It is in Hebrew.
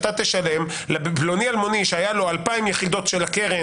אתה תשלם לפלוני אלמוני שהיה לו 2,000 יחידות של הקרן